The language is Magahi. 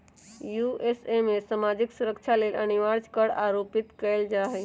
यू.एस.ए में सामाजिक सुरक्षा लेल अनिवार्ज कर आरोपित कएल जा हइ